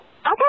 Okay